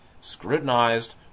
scrutinized